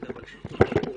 וגם על שיתוף הפעולה.